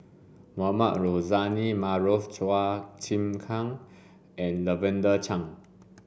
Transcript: Mohamed Rozani Maarof Chua Chim Kang and Lavender Chang